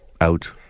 out